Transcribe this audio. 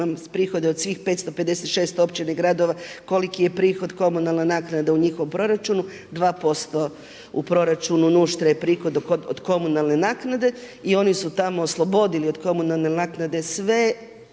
imam prihode od svih 556 općina i gradova koliki je prihod komunalna naknada u njihovom proračunu 2% u proračunu Nuštra je prihod od komunalne naknade. I oni su tamo oslobodili od komunalne naknade sve